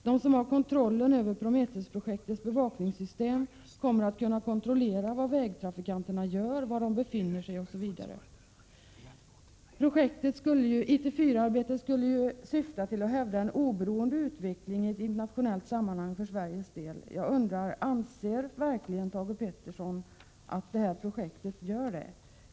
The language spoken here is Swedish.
De som har kontrollen över Prometheusprojektets bevakningssystem kommer att kunna kontrollera vad vägtrafikanterna gör, var de befinner sig, osv. IT 4-arbetet skulle ju syfta till att hävda en oberoende utveckling i ett internationellt sammanhang för Sveriges del. Anser verkligen Thage G Peterson att det här projektet gör det?